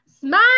Smile